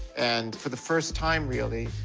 and for the first time, really,